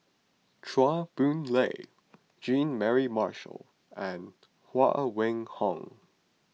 Chua Boon Lay Jean Mary Marshall and Huang Wenhong